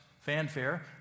fanfare